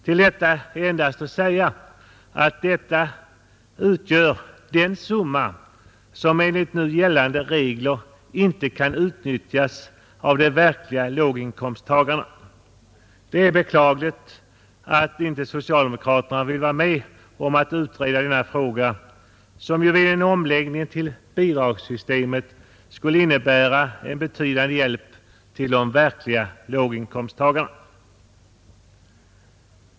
Till detta är endast att säga att det här är fråga om den summa som enligt nu gällande regler inte kan utnyttjas av de verkliga låginkomsttagarna. Det är beklagligt att inte socialdemokraterna vill vara med om att utreda denna fråga. En omläggning till bidragssystemet skulle innebära en betydande hjälp till dem som verkligen har låga inkomster.